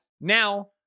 now